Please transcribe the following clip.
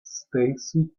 stacey